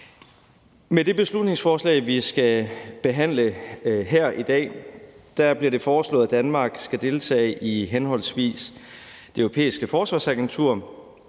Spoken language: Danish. Med det beslutningsforslag, vi skal behandle her i dag, bliver det foreslået, at Danmark skal deltage i henholdsvis Det Europæiske Forsvarsagentur